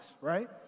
right